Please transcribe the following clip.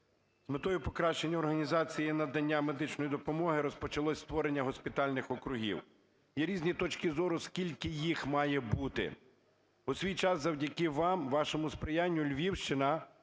З метою покращення організації надання медичної допомоги розпочалось створення госпітальних округів. Є різні точки зору, скільки їх має бути. У свій час завдяки вам, вашому сприянню Львівщина